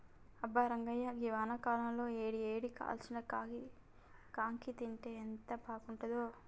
అబ్బా రంగాయ్య గీ వానాకాలంలో ఏడి ఏడిగా కాల్చిన కాంకి తింటే ఎంత బాగుంతుందో